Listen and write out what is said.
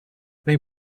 they